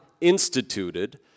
instituted